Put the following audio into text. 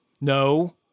No